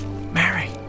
Mary